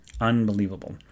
unbelievable